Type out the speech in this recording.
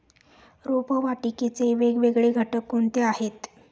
रोपवाटिकेचे वेगवेगळे घटक कोणते आहेत?